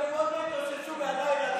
הם עוד לא התאוששו מהלילה,